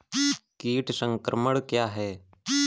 कीट संक्रमण क्या है?